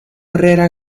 herrera